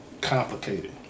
complicated